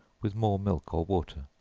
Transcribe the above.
with more milk or water.